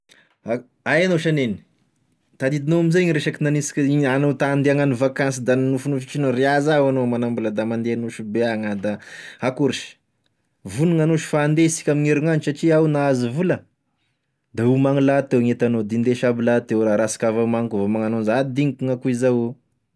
A, aia anao sha neny tadidignao amzay igny resaky gnhanisika igny anao ta hande hagnano vakansy da nofinofisignao? Re ah zaho hoy anao manambola da mande a Nosy be agny a, da akory sh, vognona anao sh fa ande sika ame herinandro satria aho nahazo vola da homano lahateo gny entanao de hindeso aby lahateo raha raha sika avao manko voahomananao zah digniko na koa zao.